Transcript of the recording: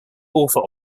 author